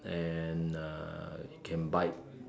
and uh it can bite